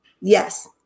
Yes